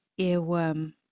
earworm